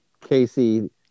Casey